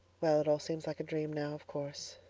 well, it all seems like a dream now, of course.